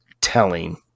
telling